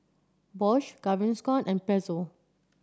Bosch Gaviscon and Pezzo